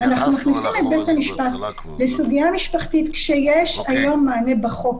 אנחנו מכניסים את בית המשפט לסוגיה משפחתית כשיש היום מענה בחוק.